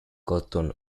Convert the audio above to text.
cotton